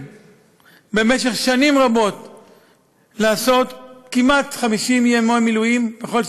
מהממצאים שמשרד החינוך נאלץ לחשוף לפני ימים ספורים עולה